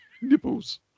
nipples